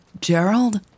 Gerald